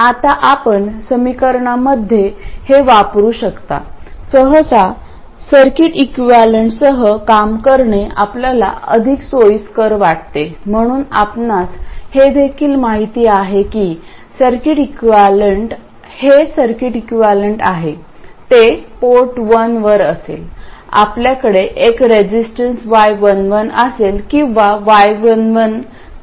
आता आपण समीकरणामध्ये हे वापरू शकता सहसा सर्किट इक्विवलेंटसह काम करणे आपल्याला अधिक सोयीस्कर वाटते म्हणून आपणास हे देखील माहित आहे की हे सर्किट इक्विवलेंट आहे ते पोर्ट 1 वर असेल आपल्याकडे एक रेजिस्टन्स y11 असेल किंवा y11 कण्डक्टॅन्स असेल